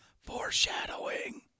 Foreshadowing